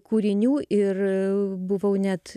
kūrinių ir buvau net